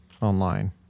online